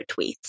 tweets